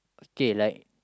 okay like